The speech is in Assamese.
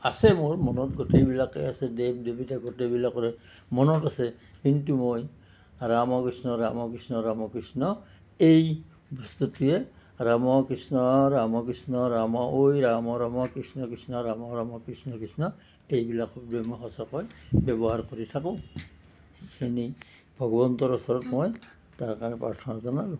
আছে মোৰ মনত গোটেইবিলাকেই আছে দেৱ দেৱী গোটেইবিলাকৰে মনত আছে কিন্তু মই ৰাম কৃষ্ণ ৰাম কৃষ্ণ ৰাম কৃষ্ণ এই বস্তুটোহে ৰাম কৃষ্ণ ৰাম কৃষ্ণ ৰাম ঐ ৰাম ৰাম কৃষ্ণ কৃষ্ণ ৰাম ৰাম কৃষ্ণ কৃষ্ণ এইবিলাক শব্দই মই সঁচাকৈ ব্যৱহাৰ কৰি থাকোঁ এনেই ভগৱন্তৰ ওচৰত মই তাৰ কাৰণে প্ৰাৰ্থনা জনালোঁ